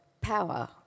power